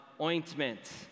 ointment